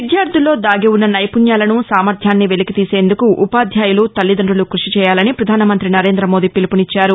విద్యార్థుల్లో దాగివున్న నైపుణ్యాలను సామర్యాన్ని వెలికితీసేందుకు ఉపాధ్యాయులు తల్లిదండులు కృషి చేయాలని ప్రధానమంత్రి నరేంద్రమోదీ పిలుపునిచ్చారు